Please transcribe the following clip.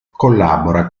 collabora